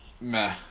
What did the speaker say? Meh